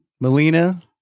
Melina